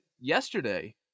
yesterday